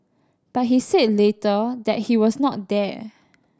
but he said later that he was not there